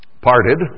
parted